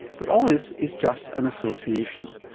but all this is just an association,